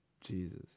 Jesus